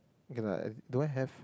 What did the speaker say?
okay lah do I have